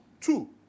Two